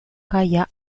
gaia